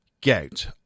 gout